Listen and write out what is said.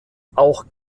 auch